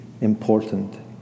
important